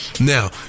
Now